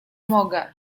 mogę